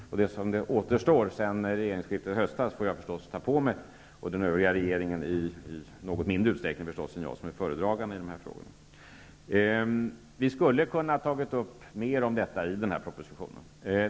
Det som skett under återstoden av tiden, nämligen sedan regeringsskiftet i höstas, får naturligtvis vi, jag som föredragande i de här frågorna och i någon mindre mån de övriga i regeringen, ta på oss. Vi skulle ha kunnat ta upp mer om detta i föreliggande proposition.